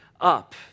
up